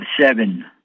seven